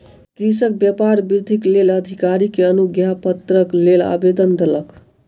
कृषक व्यापार वृद्धिक लेल अधिकारी के अनुज्ञापत्रक लेल आवेदन देलक